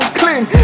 clean